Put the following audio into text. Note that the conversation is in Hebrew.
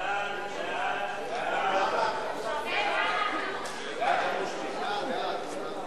בדבר אישור צו תעריף המכס והפטורים ומס קנייה על טובין (תיקון),